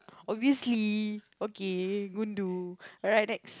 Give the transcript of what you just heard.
obviously okay gundu alright next